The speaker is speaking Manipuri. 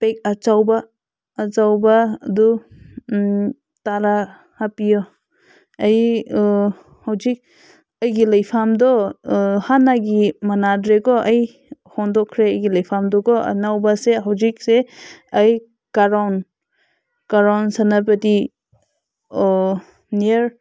ꯄꯦꯛ ꯑꯆꯧꯕ ꯑꯆꯧꯕ ꯑꯗꯨ ꯇꯔꯥ ꯍꯥꯞꯄꯤꯌꯣ ꯑꯩ ꯍꯧꯖꯤꯛ ꯑꯩꯒꯤ ꯂꯩꯐꯝꯗꯣ ꯍꯥꯟꯅꯒꯤ ꯃꯥꯟꯅꯗ꯭ꯔꯦꯀꯣ ꯑꯩ ꯍꯣꯡꯗꯣꯛꯈ꯭ꯔꯦ ꯑꯩꯒꯤ ꯂꯩꯐꯝꯗꯣꯀꯣ ꯑꯅꯧꯕꯁꯦ ꯍꯧꯖꯤꯛꯁꯦ ꯑꯩ ꯀꯔꯣꯟ ꯀꯔꯣꯟ ꯁꯦꯅꯥꯄꯇꯤ ꯅꯤꯌꯔ